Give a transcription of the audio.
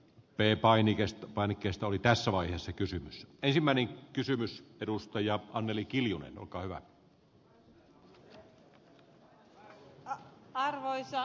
perparim ikeestä painikkeesta oli tässä vaiheessa kysyy ensimmäinen kysymys perustaja anneli arvoisa herra puhemies